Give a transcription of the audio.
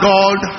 God